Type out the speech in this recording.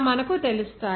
మనకు తెలుస్తాయి